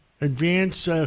advance